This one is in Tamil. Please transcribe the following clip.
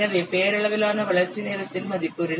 எனவே பெயரளவிலான வளர்ச்சி நேரத்தின் மதிப்பு 2